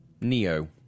Neo